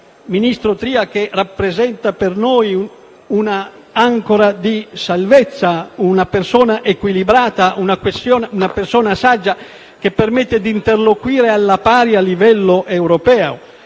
ministro Tria, il quale rappresenta per noi un'ancora di salvezza, una persona equilibrata e saggia che ci permette di interloquire alla pari a livello europeo.